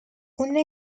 una